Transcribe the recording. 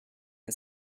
and